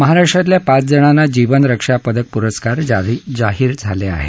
महाराष्ट्रातल्या पाच जणांना जीवनरक्षा पदक पुरस्कार जाहीर झाले आहेत